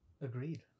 Agreed